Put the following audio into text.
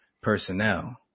personnel